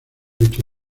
lecho